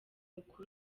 uku